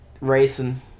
racing